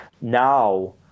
now